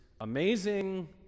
amazing